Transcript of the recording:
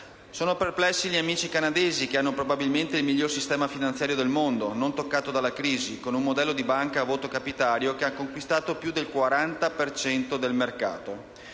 Sono perplessi gli amici canadesi, che hanno probabilmente il miglior sistema finanziario del mondo, non toccato dalla crisi, con un modello di banca a voto capitario che ha conquistato più del 40 per cento